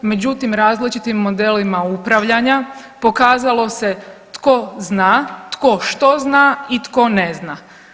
Međutim, različitim modelima upravljanja pokazalo se tko zna, tko što zna i tko ne zna.